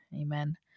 Amen